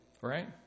Right